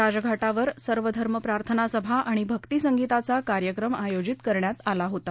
राजघाटावर सर्वधर्म प्रार्थना सभा आणि भक्ती संगीताचा कार्यक्रम आयोजित करण्यात आला होता